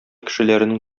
кешеләренең